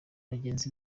bagenzi